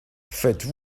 faites